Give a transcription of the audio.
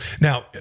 Now